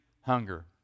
hunger